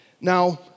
Now